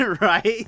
Right